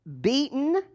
beaten